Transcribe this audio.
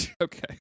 okay